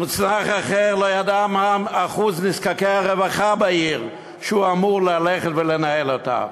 מוצנח אחר לא ידע מה אחוז נזקקי הרווחה בעיר שהוא אמור ללכת לנהל אותה.